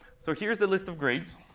so here's the list of grades,